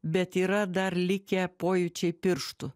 bet yra dar likę pojūčiai pirštų